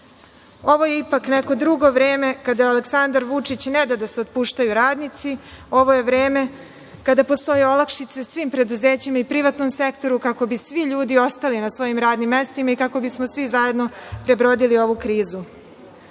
je ipak neko drugo vreme: kada Aleksandar Vučić ne da da se otpuštaju radnici, ovo je vreme kada postoje olakšice svim preduzećima i privatnom sektoru kako bi svi ljudi ostali na svojim radnim mestima i kako bismo svi zajedno prebrodili ovu krizu. Želim